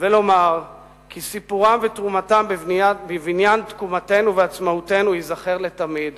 ולומר כי סיפורם ותרומתם בבניין תקומתנו ועצמאותנו ייזכרו לתמיד